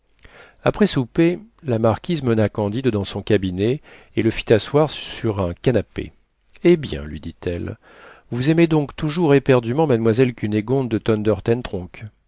après souper la marquise mena candide dans son cabinet et le fit asseoir sur un canapé eh bien lui dit-elle vous aimez donc toujours éperdument mademoiselle cunégonde de